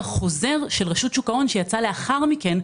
בחוזר של רשות שוק ההון שיצא לאחר מכן,